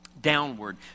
Downward